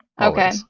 Okay